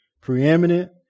preeminent